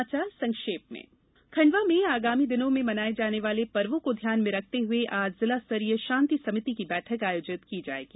कुछ समाचार संक्षेप में खंडवा में आगामी दिनों में मनाये जाने वाले पर्वो को ध्यान में रखते हुए आज जिला स्तरीय शांति समिति की बैठक आयोजित की जायेगी